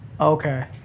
Okay